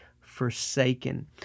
forsaken